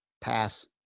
Pass